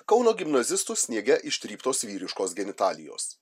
kauno gimnazistų sniege ištryptos vyriškos genitalijos